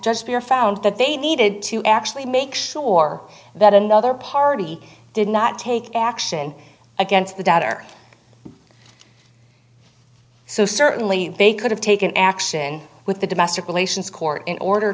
just pure found that they needed to actually make sure that another party did not take action against the doubter so certainly they could have taken action with the domestic relations court in order